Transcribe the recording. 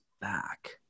back